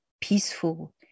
peaceful